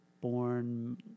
born